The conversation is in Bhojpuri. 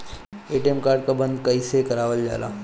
ए.टी.एम कार्ड बन्द कईसे करावल जाला?